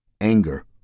anger